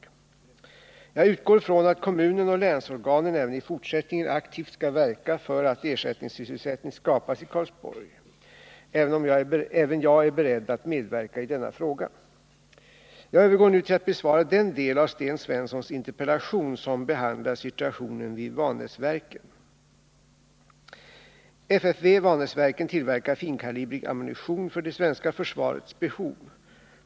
Om sysselsätt Jag utgår från att kommunen och länsorganen även i fortsättningen aktivt ningen i Karlsborgs skall verka för att ersättningssysselsättning skapas i Karlsborg. Även jag är kommun beredd att medverka i denna fråga. Jag övergår nu till att besvara den del av Sten Svenssons interpellation som behandlar situationen vid Vanäsverken. FFV/Vanäsverken tillverkar finkalibrig ammunition för det svenska försvarets behov.